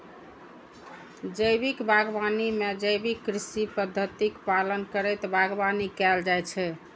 जैविक बागवानी मे जैविक कृषि पद्धतिक पालन करैत बागवानी कैल जाइ छै